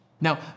Now